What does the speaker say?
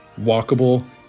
walkable